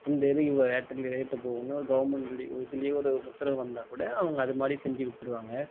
இந்த இது இவ்வளோ ரேட்டு ரேட்டு போகுனு ஒரு கவர்மெண்ட்டில் ஒரு இதில் ஒரு முத்திரை வந்தால் கூட அவங்க அது மாதிரி செஞ்சு விற்றிருவாங்க